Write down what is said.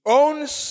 owns